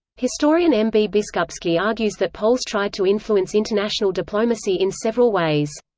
historian m. b. biskupski argues that poles tried to influence international diplomacy in several ways.